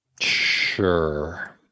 Sure